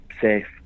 safe